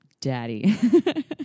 daddy